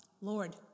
Lord